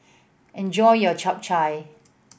enjoy your Chap Chai